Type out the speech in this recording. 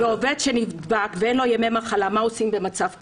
ועובד שנדבק ואין לו ימי מחלה, מה עושים במצב כזה?